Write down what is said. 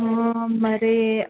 હમ મારે